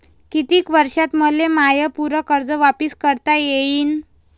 कितीक वर्षात मले माय पूर कर्ज वापिस करता येईन?